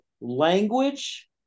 language